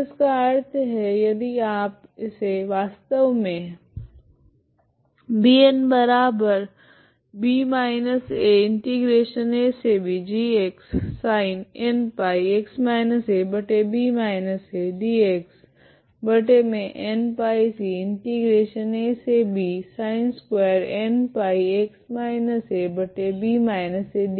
तो इसका अर्थ है यदि आप इसे वास्तव मे